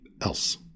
else